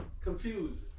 confusing